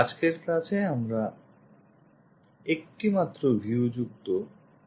আজকের classএ আমরা একটিমাত্র view যুক্ত আরও কয়েকটি object দেখবো